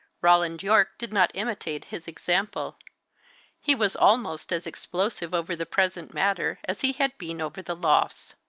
roland yorke did not imitate his example he was almost as explosive over the present matter as he had been over the loss.